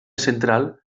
central